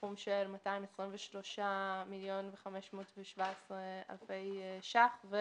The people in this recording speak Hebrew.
בסכום של 223 מיליון ו-517,000 שקלים.